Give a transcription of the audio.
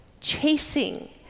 chasing